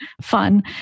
fun